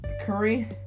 Curry